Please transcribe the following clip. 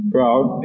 Proud